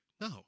No